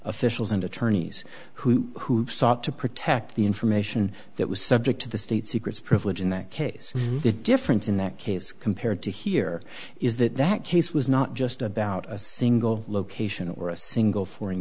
officials and attorneys who sought to protect the information that was subject to the state secrets privilege in that case the difference in that case compared to here is that that case was not just about a single location or a single foreign